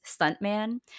stuntman